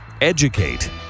educate